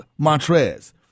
Montrez